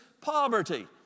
poverty